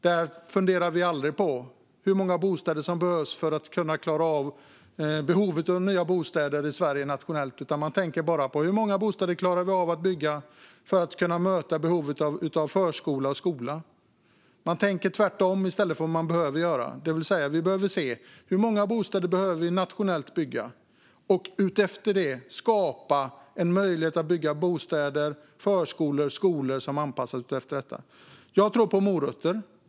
Där funderar man aldrig på hur många bostäder som behövs för att klara av behovet av nya bostäder i Sverige nationellt, utan man tänker bara på hur många bostäder man klarar av att bygga för att möta behovet av förskola och skola. Man tänker tvärtom mot vad man behöver göra, det vill säga vi behöver se hur många bostäder vi behöver bygga nationellt och utefter det skapa en möjlighet att bygga bostäder, förskolor och skolor som anpassas efter detta. Jag tror på att använda sig av morötter.